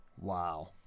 Wow